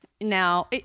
now